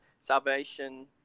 salvation